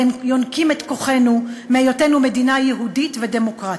והם יונקים את כוחם מהיותנו מדינה יהודית ודמוקרטית.